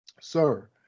Sir